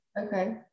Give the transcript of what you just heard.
Okay